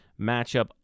matchup